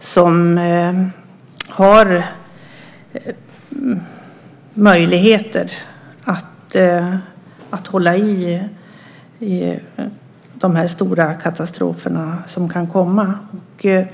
som har möjlighet att hålla i de stora katastrofer som kan komma.